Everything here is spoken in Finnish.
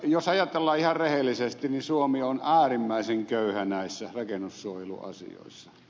jos ajatellaan ihan rehellisesti niin suomi on äärimmäisen köyhä näissä rakennussuojeluasioissa